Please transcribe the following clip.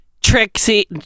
trixie